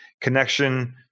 connection